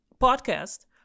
podcast